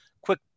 quick